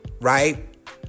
right